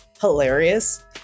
hilarious